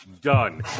done